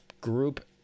group